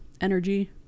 energy